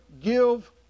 give